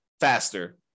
faster